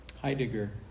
Heidegger